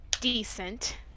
decent